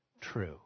true